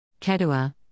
Kedua